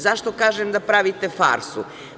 Zašto kažem da pravite farsu?